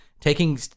taking